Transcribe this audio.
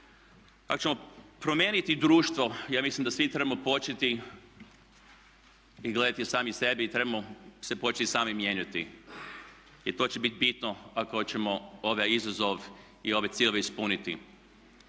Pa ćemo promijeniti društvo. Ja mislim da svi trebamo početi i gledati sami sebe i trebamo se početi sami mijenjati. I to će bit bitno ako hoćemo ove izazove i ove ciljeve ispuniti.